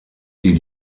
die